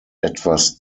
etwas